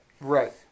Right